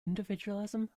individualism